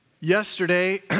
Yesterday